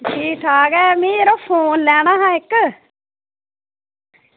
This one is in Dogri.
ठीक ठाक ऐ में यरो फोन लैना हा इक्क